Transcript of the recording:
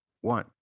one